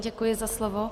Děkuji za slovo.